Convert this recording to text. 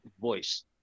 voice